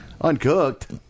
Uncooked